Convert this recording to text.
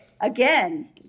again